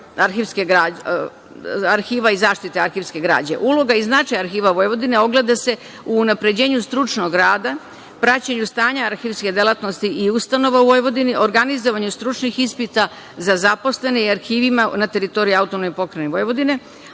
arhiva i zaštite arhivske građe. Uloga i značaj Arhiva Vojvodine ogleda se u unapređenju stručnog rada, praćenju stanja arhivske delatnosti i ustanova u Vojvodini, organizovanju stručnih ispita za zaposlene i arhivima na teritoriji AP Vojvodine,